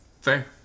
Fair